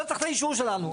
לא צריך את האישור שלנו,